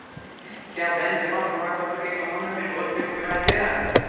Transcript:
क्या बैंक जमा प्रमाण पत्र के संबंध में डोरस्टेप सेवाएं दे रहा है?